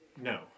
No